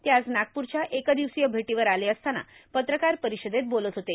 ते आज नागप्रच्या एकदिवसीय भेटीवर आले असताना पत्रकार परिषदेत बोलत होते